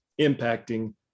impacting